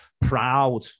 proud